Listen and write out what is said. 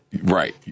Right